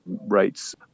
rates